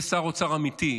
יהיה שר אוצר אמיתי,